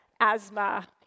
asthma